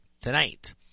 tonight